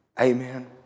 Amen